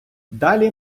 далі